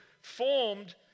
formed